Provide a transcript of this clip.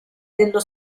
dello